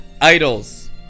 idols